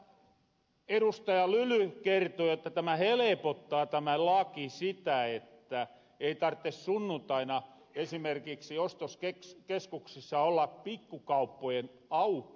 lyly rajala kertoi että tämä laki helepottaa sitä että ei tartte sunnuntaina esimerkiksi ostoskeskuksissa olla pikkukauppojen auki